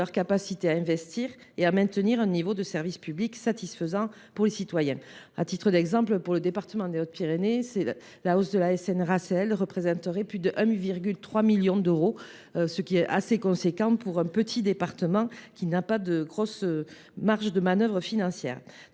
capacité à investir et à maintenir un niveau de services publics satisfaisant pour les citoyens. À titre d’exemple, pour le département des Hautes Pyrénées, l’augmentation représenterait plus de 1,3 million d’euros, ce qui est assez important pour un petit département qui n’a pas de grosses marges de manœuvre financières.